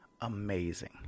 amazing